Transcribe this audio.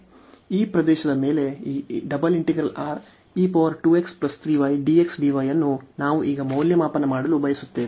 ಈ ಪ್ರದೇಶದ ಮೇಲೆ ಈ ಅನ್ನು ನಾವು ಈಗ ಮೌಲ್ಯಮಾಪನ ಮಾಡಲು ಬಯಸುತ್ತೇವೆ